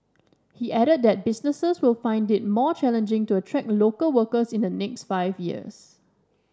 he added that businesses will find it more challenging to attract local workers in the next five years